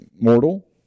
mortal